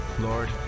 lord